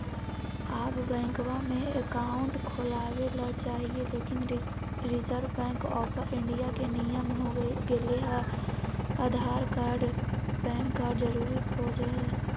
आब बैंकवा मे अकाउंट खोलावे ल चाहिए लेकिन रिजर्व बैंक ऑफ़र इंडिया के नियम हो गेले हे आधार कार्ड पैन कार्ड जरूरी खोज है?